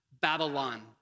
Babylon